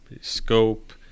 scope